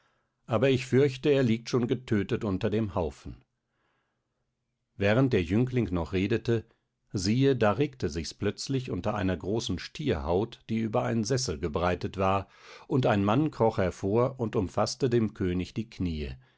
aber ich fürchte er liegt schon getötet unter dem haufen während der jüngling noch redete siehe da regte sich's plötzlich unter einer großen stierhaut die über einen sessel gebreitet war und ein mann kroch hervor und umfaßte dem könig die kniee